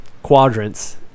Quadrants